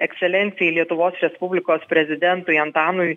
ekscelencijai lietuvos respublikos prezidentui antanui